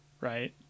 right